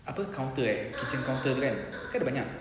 apa counter eh kitchen counter kan kan ada banyak